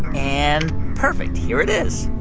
and perfect, here it is